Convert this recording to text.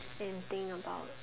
and think about